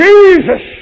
Jesus